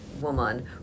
woman